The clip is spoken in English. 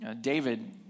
David